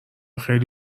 خیلی